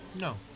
No